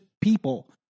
people